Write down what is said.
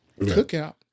cookout